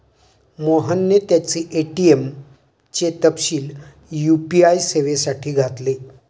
मोहनने त्याचे ए.टी.एम चे तपशील यू.पी.आय सेवेसाठी घातले